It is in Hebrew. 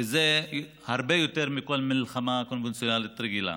וזה הרבה יותר מכל מלחמה קונבנציונלית רגילה.